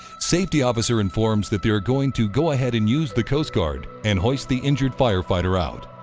safety officer informs that they're going to go ahead and use the coast guard and hoist the injured firefighter out.